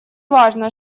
важно